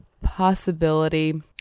possibility